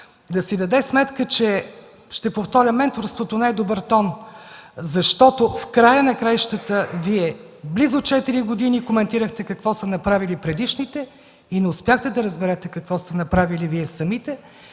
да си даде сметка, ще повторя – че менторството не е добър тон, защото в края на краищата Вие близо 4 години коментирахте какво са направили предишните и не успяхте да разберете какво сте направили Вие самите.